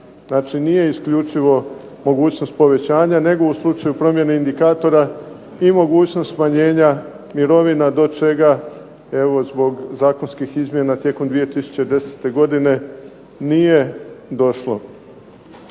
Znači nije isključivo mogućnost povećanja nego u slučaju promjene indikatora i mogućnost smanjenja mirovina do čega zbog zakonskih izmjena tijekom 2010. godine nije došlo.